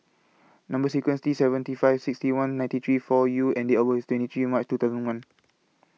Number sequence T seventy five sixty one ninety three four U and Date of birth IS twenty three March two thousand and one